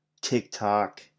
TikTok